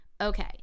okay